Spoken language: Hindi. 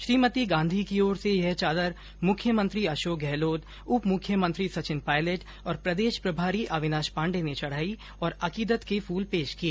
श्रीमती गांधी की ओर से यह चादर मुख्यमंत्री अशोक गहलोत उप मुख्यमंत्री सचिन पायलट और प्रदेश प्रभारी अविनाश पाण्डे ने चढ़ाई और अकीदत के फूल पेश किए